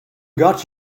got